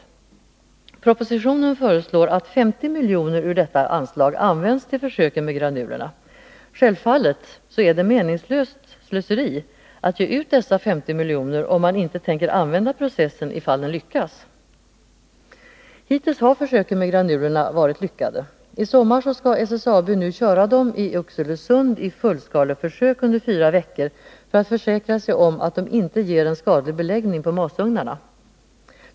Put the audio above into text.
I propositionen föreslås att 50 milj.kr. ur detta anslag används till försöken med granulerna. Självfallet är det ett meningslöst slöseri att ge ut dessa 50 milj.kr., om man inte tänker använda processen ifall den lyckas. Hittills har försöken med granulerna varit lyckade. I sommar skall SSAB köra dem i Oxelösund i fullskaleförsök under fyra veckor för att försäkra sig om att de inte ger någon skadebeläggning på masugnarna.